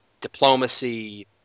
diplomacy